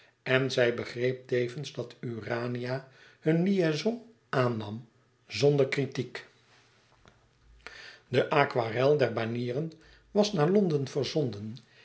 en zij begreep tevens dat urania hun liaison aannam zonder kritiek de aquarel der banieren was naar londen verzonden